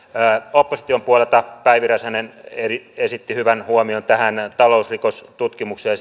opposition puolelta päivi räsänen esitti hyvän huomion tästä talousrikostutkimuksesta